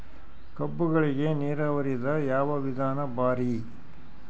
ಕಬ್ಬುಗಳಿಗಿ ನೀರಾವರಿದ ಯಾವ ವಿಧಾನ ಭಾರಿ?